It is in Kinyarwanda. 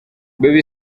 baby